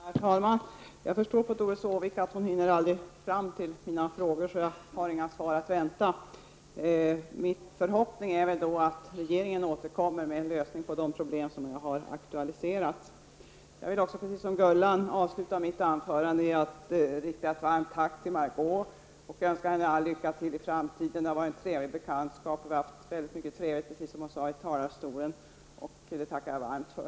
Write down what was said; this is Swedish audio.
Herr talman! Jag förstår att Doris Håvik inte kommer att hinna fram till mina frågor. Jag har därför inga svar att vänta. Min förhoppning är att regeringen återkommer med en lösning på de problem som jag har aktualiserat. Precis som Gullan Lindblad vill jag avsluta mitt anförande med att rikta ett varmt tack till Margó Ingvardsson. Jag önskar henne all lycka till i framtiden. Det har varit ett trevligt kamratskap, och vi har haft väldigt mycket trevligt -- precis som hon sade i talarstolen. Det tackar jag varmt för.